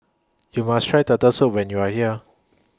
YOU must Try Turtle Soup when YOU Are here